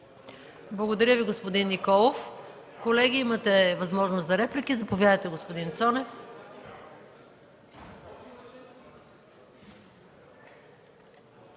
Благодаря Ви, господин Николов. Колеги, имате възможност за реплики. Заповядайте, господин Цонев.